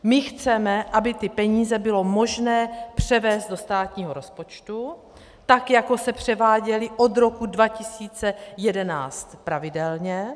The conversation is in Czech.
My chceme, aby ty peníze bylo možné převést do státního rozpočtu tak, jako se převáděly od roku 2011 pravidelně.